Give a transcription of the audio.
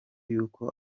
y’uko